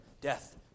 death